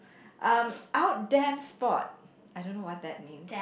um out them sport I don't know what that means